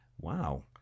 Wow